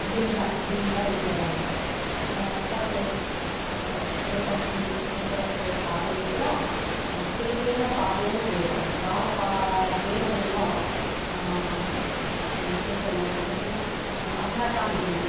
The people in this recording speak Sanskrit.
बिल्ल बिल्ला इति वदामः तत् एकस्मिन् चतुरस्रे स्थापयित्वा एकेन पादेन एव वामपादेन एव केचन केचन अभ्यासानुगुणम्